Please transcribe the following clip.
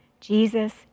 Jesus